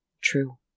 True